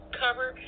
cover